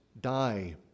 die